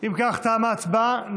אם כך, תמה ההצבעה.